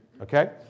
okay